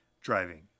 driving